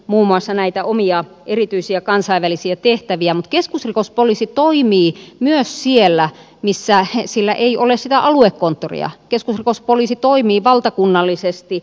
muun muassa näitä omia erityisiä kansainvälisiä tehtäviä keskusrikospoliisi toimii pnä siellä missä he sillä ei ole sitä aluekonttoria keskusrikospoliisi toimii valtakunnallisesti